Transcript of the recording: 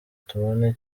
tubone